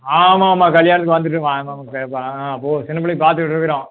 ஆமாம் ஆமாம் கல்யாணத்துக்கு வந்துட்டு பார்க்காம போயிருப்பேன் ஆ அப்போது உன் சின்ன பிள்ளைக்கு பார்த்துக்கிட்ருக்குறோம்